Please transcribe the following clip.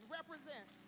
represent